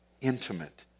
intimate